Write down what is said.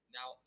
Now